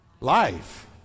life